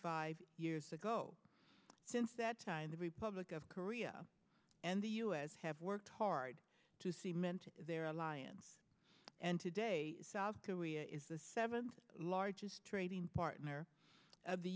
five years ago since that time the republic of korea and the u s have worked hard to see meant their alliance and today south korea is the seventh largest trading partner of the